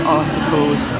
articles